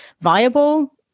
viable